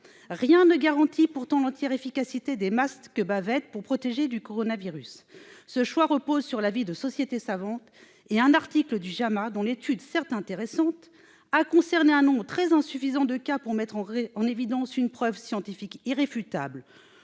rien ne garantit l'entière efficacité des « masques bavettes » pour protéger du coronavirus. Ce choix repose sur l'avis de sociétés savantes et sur un article du (JAMA) dont l'étude, certes intéressante, a concerné un nombre très insuffisant de cas pour mettre en évidence une preuve scientifique irréfutable.